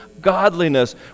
godliness